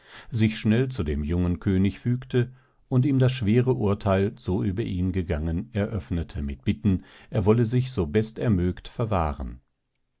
sich schnell zum jungen könig fügte und ihm das schwere urtheil so über ihn gegangen eröffnete mit bitten er wolle sich so best er mögt verwahren